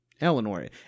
Eleanor